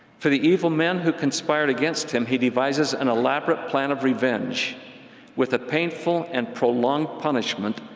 for the evil men who conspired against him, he devises an elaborate plan of revenge with a painful and prolonged punishment,